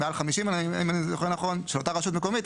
מעל 50 אם אני זוכר נכון של אותה רשות מקומית,